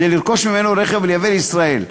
כדי לרכוש ממנו רכב ולייבאו לישראל,